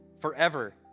forever